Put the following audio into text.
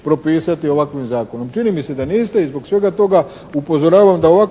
propisati ovakvim zakonom? Čini mi se da niste i zbog svega toga upozoravam da ovakva